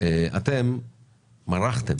אתם מרחתם